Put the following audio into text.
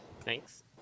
Thanks